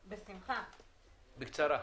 בקצרה.